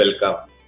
welcome